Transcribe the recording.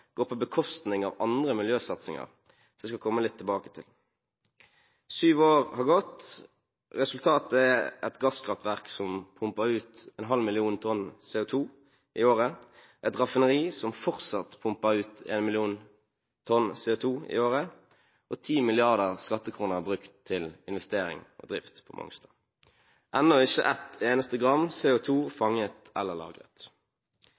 på bekostning av andre miljøsatsinger. Det skal jeg komme tilbake til. Syv år har gått. Resultatet er et gasskraftverk som pumper ut en halv million tonn CO2 i året, et raffineri som fortsatt pumper ut en million tonn CO2 i året, og 10 mrd. skattekroner er brukt til investering og drift på Mongstad. Ennå er ikke et eneste gram CO2 fanget eller lagret.